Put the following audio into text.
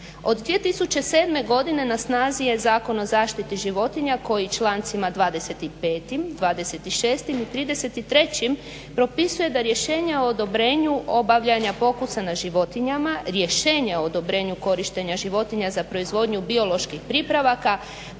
Od 2007. godine na snazi je Zakon o zaštiti životinja koji člancima 25., 26. i 33. propisuje da rješenja o odobrenju obavljanja pokusa na životinjama, rješenje o odobrenju korištenja životinja za proizvodnju bioloških pripravaka